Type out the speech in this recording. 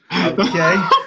Okay